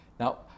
Now